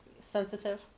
sensitive